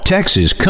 Texas